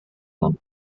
haben